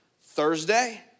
thursday